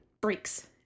breaks